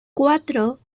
cuatro